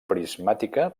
prismàtica